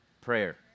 prayer